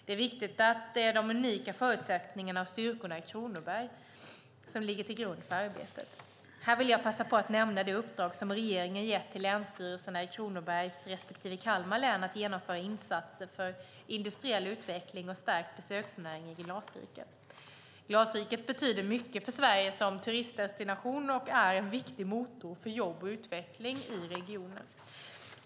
Det är viktigt att det är de unika förutsättningarna och styrkorna i Kronoberg som ligger till grund för arbetet. Här vill jag passa på att nämna det uppdrag som regeringen gett till länsstyrelserna i Kronobergs respektive Kalmar län att genomföra insatser för industriell utveckling och stärkt besöksnäring i Glasriket. Glasriket betyder mycket för Sverige som turistdestination och är en viktig motor för jobb och utveckling i regionen.